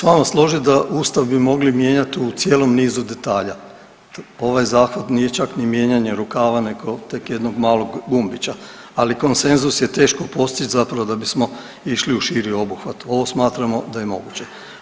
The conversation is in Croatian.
Mogao bi se s vama složit da ustav bi mogli mijenjat u cijelom nizu detalja, ovaj zahvat nije čak ni mijenjanje rukava nego tek jednog malog gumbića, ali konsenzus je teško postić zapravo da bismo išli u širi obuhvat, ovo smatramo da je moguće.